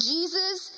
Jesus